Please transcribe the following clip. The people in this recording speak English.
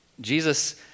Jesus